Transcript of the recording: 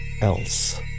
else